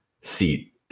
seat